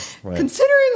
Considering